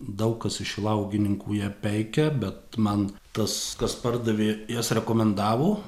daug kas iš šilauogininkų ją peikia bet man tas kas pardavė jas rekomendavo